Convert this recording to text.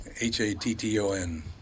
H-A-T-T-O-N